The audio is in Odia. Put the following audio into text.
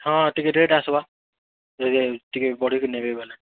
ହଁ ଟିକେ ରେଟ୍ ଆସ୍ବା ଇ ଟିକେ ବଢ଼େଇକି ନେବେ ବେଲେ